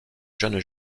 jeune